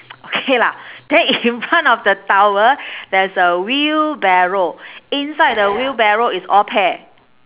okay lah then in front of the towel there is a wheelbarrow inside the wheelbarrow is all pear